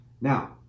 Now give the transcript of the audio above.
Now